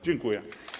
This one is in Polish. Dziękuję.